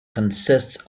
consists